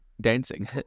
dancing